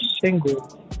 single